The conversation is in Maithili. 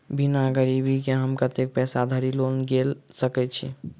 बिना गिरबी केँ हम कतेक पैसा धरि लोन गेल सकैत छी?